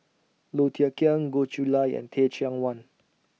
Low Thia Khiang Goh Chiew Lye and Teh Cheang Wan